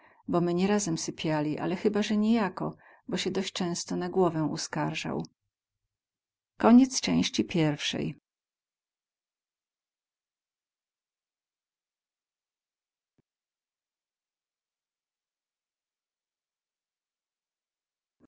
bo my nie razem sypiali ale cheba ze nijako bo sie doś często na głowę uskarzał